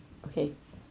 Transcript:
okay